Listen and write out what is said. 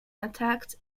attacked